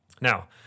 Now